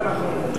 זה נכון.